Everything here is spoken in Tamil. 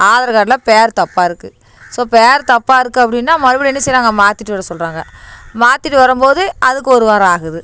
ஆதார் கார்டில் பேர் தப்பாக இருக்குது ஸோ பேர் தப்பாக இருக்குது அப்படின்னா மறுபடியும் என்ன செய்யுறாங்க மாற்றிட்டு வர சொல்கிறாங்க மாற்றிட்டு வரும்போது அதுக்கு ஒருவாரம் ஆகுது